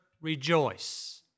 rejoice